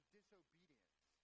disobedience